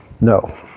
No